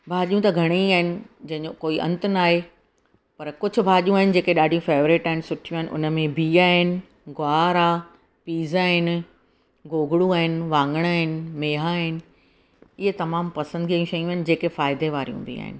भाॼियूं त घणेई आहिनि जंहिंजो कोई अंतु नाहे पर कुझु भाॼियूं आहिनि जेके ॾाढी फेवरेट आहिनि सुठियूं आहिनि उन में बिह आहिनि ग्वार आहे पीज़ आहिनि गोगड़ूं आहिनि वङण आहिनि मेहा आहिनि इहे तमामु पसंदिगीअ जूं शयूं आहिनि जेके फ़ाइदे वारियूं हूंदियूं आहिनि